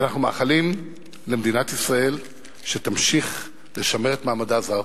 ואנחנו מאחלים למדינת ישראל שתמשיך לשמר את מעמדה זה,